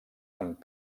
amb